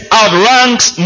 outranks